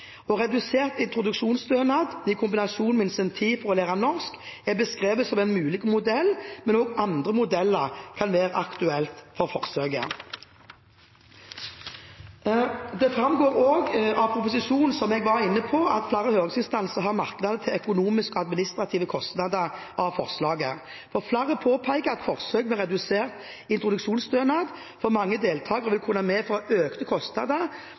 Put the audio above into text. Redusert introduksjonsstønad i kombinasjon med incentiver for å lære norsk er beskrevet som en mulig modell, men også andre modeller kan være aktuelle for forsøk. Det framgår også av proposisjonen – som jeg var inne på – at flere høringsinstanser har merknader til økonomiske og administrative kostnader ved forslaget, og flere påpeker at forsøk med redusert introduksjonsstønad for mange deltakere vil kunne medføre økte kostnader for kommunene til supplerende økonomisk sosialhjelp samt økte administrative kostnader